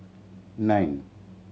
nine